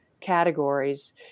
categories